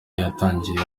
yatangiwe